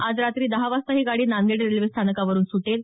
आज रात्री दहा वाजता ही गाडी नांदेड रेल्वे स्थानकावरुन सुटेल